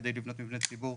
כדי לבנות מבני ציבור,